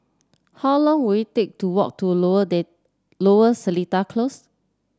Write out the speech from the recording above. how long will it take to walk to Lower Data Lower Seletar Close